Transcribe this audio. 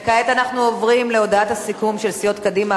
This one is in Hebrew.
וכעת אנחנו עוברים להודעת הסיכום של סיעות קדימה,